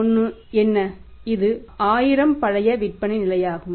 01 என்ன இது 1000 பழைய விற்பனை நிலையாகும்